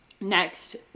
Next